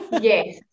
Yes